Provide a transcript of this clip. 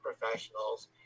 professionals